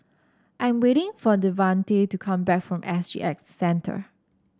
I am waiting for Devante to come back from S G X Centre